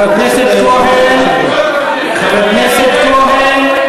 אתם שחררתם מחבלים, חבר הכנסת כהן.